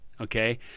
okay